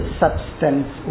substance